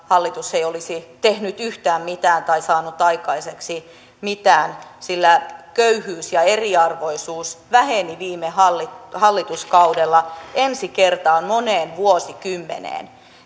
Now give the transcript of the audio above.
hallitus ei olisi tehnyt yhtään mitään tai saanut aikaiseksi mitään sillä köyhyys ja eriarvoisuus väheni viime hallituskaudella ensi kertaa moneen vuosikymmeneen